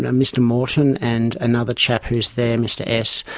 and mr morton and another chap who is there, mr s,